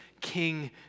King